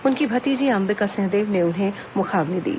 उनकी भतीजी अंबिका सिंहदेव ने उन्हें मुखाग्नि दी